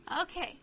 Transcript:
Okay